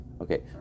Okay